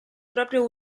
proprio